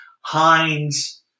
Heinz